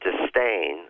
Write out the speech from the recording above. disdain